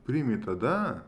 priimi tada